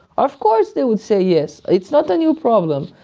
of course they would say yes. it's not a new problem.